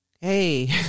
Hey